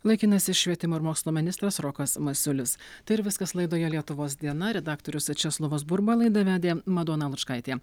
laikinasis švietimo ir mokslo ministras rokas masiulis tai ir viskas laidoje lietuvos diena redaktorius česlovas burba laidą vedė madona lučkaitė